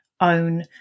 own